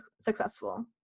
successful